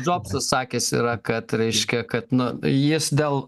džobsas sakęs yra kad reiškia kad na jis dėl